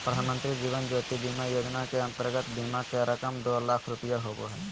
प्रधानमंत्री जीवन ज्योति बीमा योजना के अंतर्गत बीमा के रकम दो लाख रुपया होबो हइ